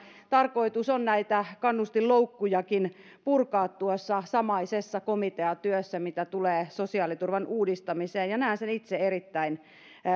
tarkoitus on näitä kannustinloukkujakin purkaa tuossa samaisessa komiteatyössä mitä tulee sosiaaliturvan uudistamiseen ja ja näen sen itse erittäin